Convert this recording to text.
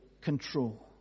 control